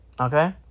Okay